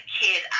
kid